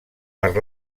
per